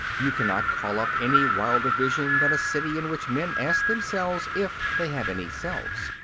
you cannot call up any wilder vision than a city in which men ask themselves if they have any selves.